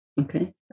Okay